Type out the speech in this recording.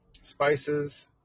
spices